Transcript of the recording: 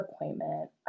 appointment